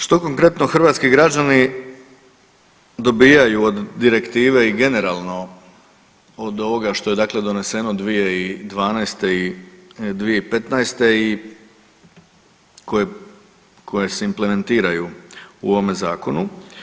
Što konkretno hrvatski građani dobijaju od direktive i generalno od ovoga što je dakle doneseno 2012. i 2015. i koje se implementiraju u ovome zakonu.